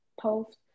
post